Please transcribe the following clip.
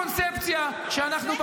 זו הקונספציה שאנחנו,